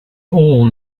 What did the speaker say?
all